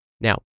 Now